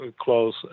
close